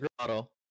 model